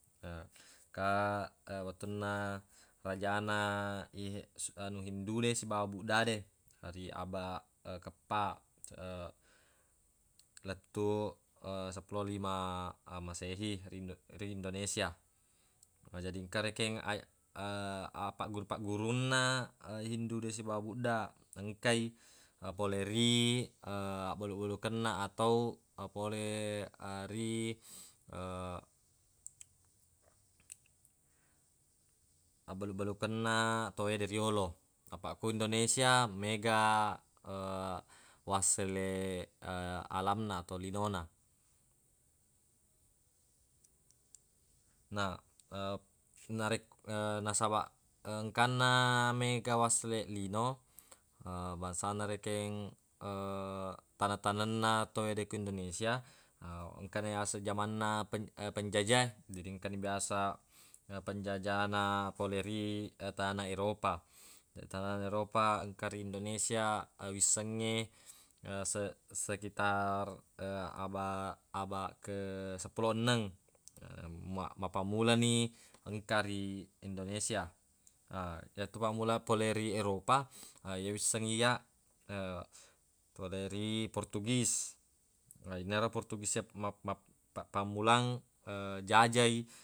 ka wettunna rajana iyehe su- anu hindude siba buddade ri abaq keeppa lettuq seppulo lima masehi ri indo- ri indonesia. Jadi engka rekeng a- appagguru-paggurunna hindude sibawa budda naengkai pole ri abbalu-balukenna atau pole ri abbalu-balukenna tawwede riyolo, apaq ku indonesia mega wasseleq alam na atau linona. Na narek- nasabaq engkanna mega wasseleq lino bangsana rekeng tane-tanenna tawwede ku indonesia engkana yaseng jamanna penjajae, jadi engkani biasa penjajana pole ri tana eropa. Tentarana eropa engka ri indonesia wissengnge yase- sekitar abaq- abaq ke seppulo enneng ma- mappammulani engka ri indonesia. Ha yetu fammulang pole ri eropa ye wisseng iyya pole ri portugis, na yenaro portugis e map- map- pammulang jajai.